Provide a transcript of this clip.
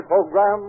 Program